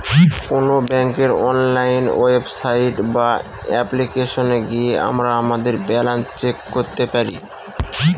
কোন ব্যাঙ্কের online website বা অ্যাপ্লিকেশনে গিয়ে আমরা আমাদের ব্যালান্স চেক করতে পারি